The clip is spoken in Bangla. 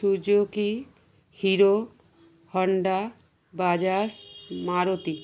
Suzuki Hero Honda Bajaj Maruti